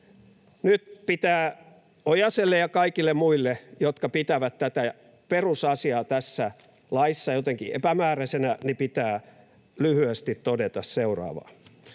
Nyt pitää Ojaselle ja kaikille muille, jotka pitävät tätä perusasiaa tässä laissa jotenkin epämääräisenä, lyhyesti todeta seuraavaa: